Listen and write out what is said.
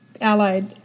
allied